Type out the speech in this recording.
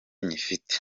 nyifite